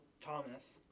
Thomas